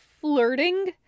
flirting